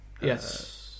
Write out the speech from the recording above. Yes